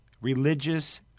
religious